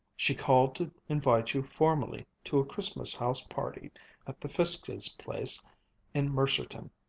she called to invite you formally to a christmas house-party at the fiskes' place in mercerton,